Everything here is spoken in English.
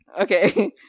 okay